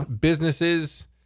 businesses